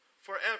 forever